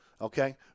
Okay